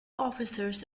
officers